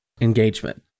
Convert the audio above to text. engagement